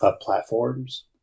platforms